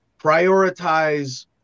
prioritize